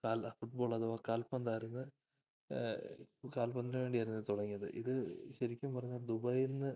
ഫുട് ball അഥവാ കാൽപന്തായിരുന്നു കാൽപന്തിനു വേണ്ടിയായിരുന്നു ഇതു തുടങ്ങിയത് ഇതു ശരിക്കും പറഞ്ഞാല് ദുബായിയില്നിന്ന്